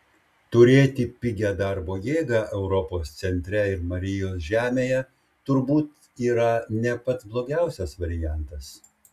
turėti pigią darbo jėgą europos centre ir marijos žemėje turbūt yra ne pats blogiausias variantas